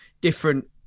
different